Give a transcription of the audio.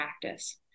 practice